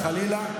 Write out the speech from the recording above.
חלילה,